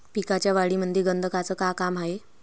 पिकाच्या वाढीमंदी गंधकाचं का काम हाये?